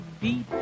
beat